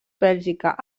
bèlgica